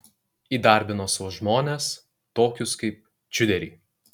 įdarbino savo žmones tokius kaip čiuderį